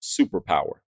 superpower